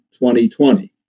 2020